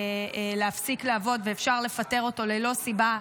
להפסיק לעבוד ואפשר לפטר אותו ללא סיבה,